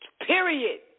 Period